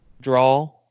draw